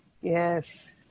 Yes